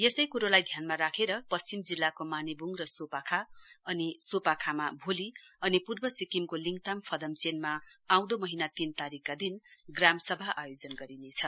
यसै कुरोलाई ध्यानमा राखेर पश्चिम जिल्लाको मानेवुङ र सोपाखा अनि सोपाखा मा भोली अनि पूर्व सिक्किमको लिङताम फदमचेनमा आउँदो महीना तीन तारीकका दिन ग्राम सभा आयोजन गरिनेछ